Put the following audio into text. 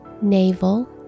navel